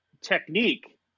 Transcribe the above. technique